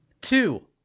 two